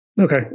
Okay